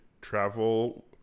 travel